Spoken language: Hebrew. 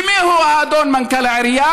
ומיהו האדון מנכ"ל העירייה?